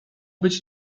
być